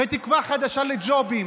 בתקווה חדשה, לג'ובים.